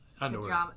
underwear